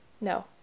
no